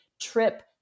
trip